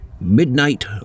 Midnight